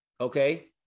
okay